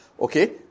okay